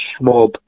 mob